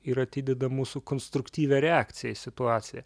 ir atideda mūsų konstruktyvią reakciją į situaciją